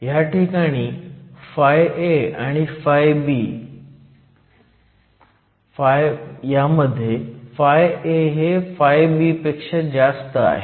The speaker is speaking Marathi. ह्याठिकाणी φA हे φB पेक्षा जास्त आहे